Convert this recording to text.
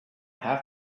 have